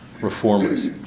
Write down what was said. reformers